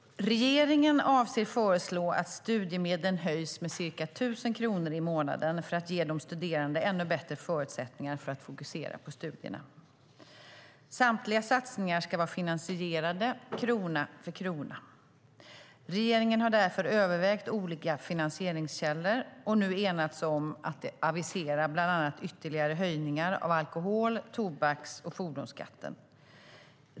Regeringen avser att föreslå att studiemedlen höjs med ca 1 000 kronor i månaden för att ge de studerande ännu bättre förutsättningar för att fokusera på studierna. Samtliga satsningar ska vara finansierade, krona för krona. Regeringen har därför övervägt olika finansieringskällor och har nu enats om att avisera bland annat ytterligare höjningar av alkohol-, tobaks och fordonsskatten.